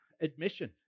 admission